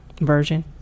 version